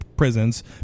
Prisons